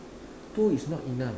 two is not enough